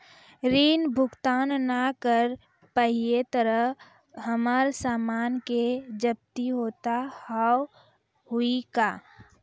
ऋण भुगतान ना करऽ पहिए तह हमर समान के जब्ती होता हाव हई का?